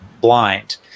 blind